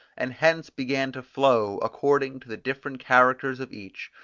and hence began to flow, according to the different characters of each,